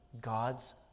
God's